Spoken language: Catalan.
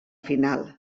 final